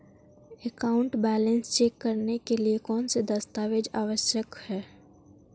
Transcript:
Account balance check करने के लिए कौनसे दस्तावेज़ आवश्यक हैं?